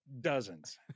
dozens